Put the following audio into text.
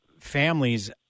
families